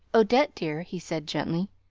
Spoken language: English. odette dear, he said gently,